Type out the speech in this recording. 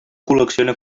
col·lecciona